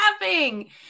laughing